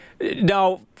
Now